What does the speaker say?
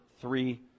three